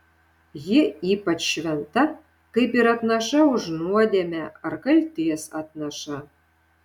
ji ypač šventa kaip ir atnaša už nuodėmę ar kaltės atnaša